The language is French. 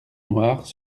noires